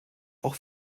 auch